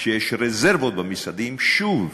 כשיש רזרבות במשרדים, שוב